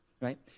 right